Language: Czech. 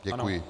Děkuji.